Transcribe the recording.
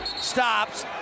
stops